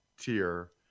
tier